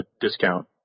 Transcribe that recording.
discount